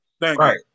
Right